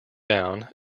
down